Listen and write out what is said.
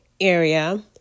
area